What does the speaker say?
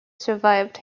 survived